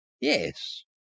Yes